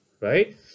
right